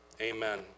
Amen